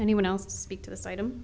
anyone else to speak to this item